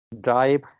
drive